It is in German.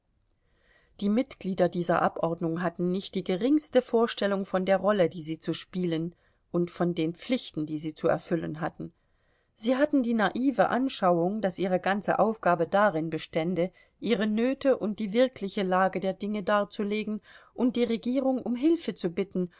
die mitglieder dieser abordnung hatten nicht die geringste vorstellung von der rolle die sie zu spielen und von den pflichten die sie zu erfüllen hatten sie hatten die naive anschauung daß ihre ganze aufgabe darin bestände ihre nöte und die wirkliche lage der dinge darzulegen und die regierung um hilfe zu bitten